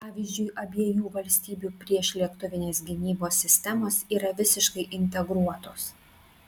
pavyzdžiui abiejų valstybių priešlėktuvinės gynybos sistemos yra visiškai integruotos